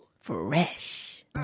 Fresh